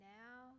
now